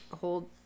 hold